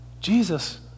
Jesus